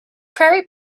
prairie